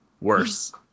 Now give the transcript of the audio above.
Worse